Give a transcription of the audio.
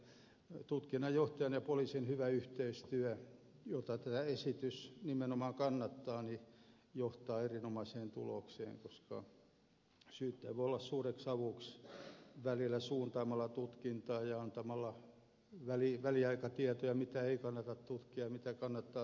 minä luulen että tutkinnanjohtajan ja syyttäjän hyvä yhteistyö jota tämä esitys nimenomaan edistää johtaa erinomaiseen tulokseen koska syyttäjä voi olla suureksi avuksi välillä suuntaamalla tutkintaa ja antamalla väliaikatietoja mitä ei kannata tutkia mitä kannattaa tutkia